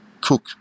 cook